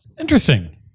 interesting